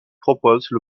proposa